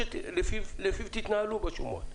שתתנהלו לפיו, בשומות.